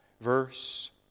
verse